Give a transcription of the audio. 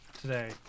Today